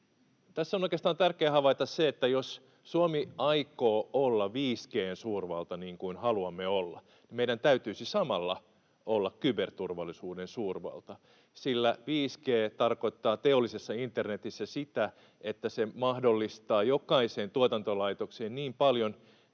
Tässä on oikeastaan tärkeää havaita se, että jos Suomi aikoo olla 5G:n suurvalta, niin kuin haluamme olla, niin meidän täytyisi samalla olla kyberturvallisuuden suurvalta, sillä 5G tarkoittaa teollisessa internetissä sitä, että se mahdollistaa jokaiseen tuotantolaitokseen paljon,